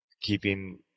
keeping